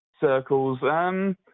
circles